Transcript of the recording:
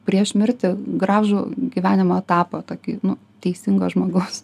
prieš mirtį gražų gyvenimo etapą tokį nu teisingo žmogaus